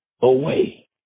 away